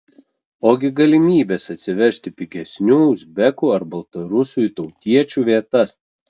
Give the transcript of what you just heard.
ogi galimybės atsivežti pigesnių uzbekų ar baltarusių į tautiečių vietas